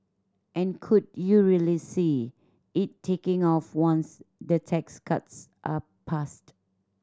and could you really see it taking off once the tax cuts are passed